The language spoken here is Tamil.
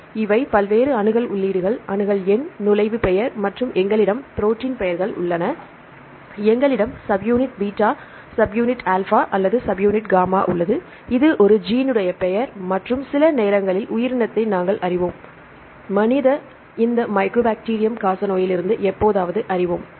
எனவே இவை பல்வேறு அணுகல் உள்ளீடுகள் இவை அணுகல் எண் இந்த நுழைவு பெயர் மற்றும் எங்களிடம் ப்ரோடீன்ப் பெயர்கள் உள்ளன எங்களிடம் சப்யூனிட் பீட்டா சப்யூனிட் ஆல்பா அல்லது சப்யூனிட் காமா உள்ளது இது ஒரு ஜீனுடைய பெயர் மற்றும் சில நேரங்களில் உயிரினத்தை நாங்கள் அறிவோம் மனித இந்த மைக்கோபாக்டீரியம் காசநோயிலிருந்து எப்போதாவது அறிவோம்